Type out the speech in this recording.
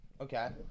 Okay